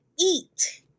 eat